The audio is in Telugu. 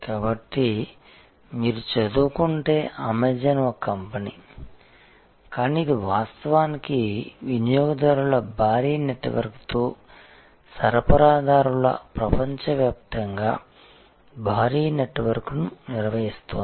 కాబట్టి మీరు చదువుకుంటే అమెజాన్ ఒక కంపెనీ కానీ ఇది వాస్తవానికి వినియోగదారుల భారీ నెట్వర్క్తో సరఫరాదారుల ప్రపంచవ్యాప్తంగా భారీ నెట్వర్క్ను నిర్వహిస్తోంది